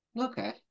Okay